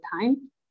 time